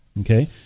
Okay